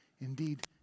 indeed